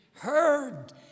Heard